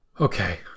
okay